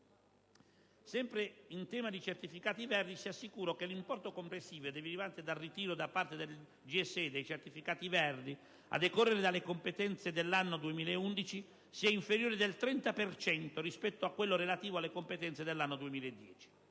Sempre in tema di certificati verdi, si assicura che l'importo complessivo derivante dal ritiro, da parte del Gestore servizi energetici (GSE), dei certificati verdi, a decorrere dalle competenze dell'anno 2011, sia inferiore del 30 per cento rispetto a quello relativo alle competenze dell'anno 2010,